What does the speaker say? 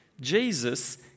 Jesus